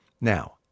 Now